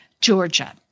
Georgia